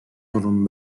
durum